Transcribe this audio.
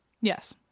yes